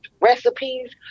recipes